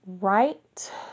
Right